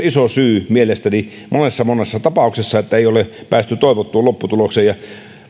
iso syy mielestäni monessa monessa tapauksessa siihen että ei ole päästy toivottuun lopputulokseen ja